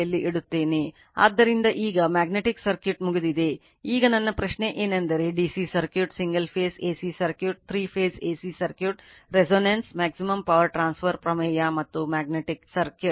ಆದ್ದರಿಂದ ಈಗ magnetic circuit ಮುಗಿದಿದೆ ಈಗ ನನ್ನ ಪ್ರಶ್ನೆ ಏನೆಂದರೆ DC circuit single phase AC circuit 3 phase AC circuit resonance maximum power transfer ಪ್ರಮೇಯ ಮತ್ತು ಮ್ಯಾಗ್ನೆಟಿಕ್ ಸರ್ಕ್ಯೂಟ್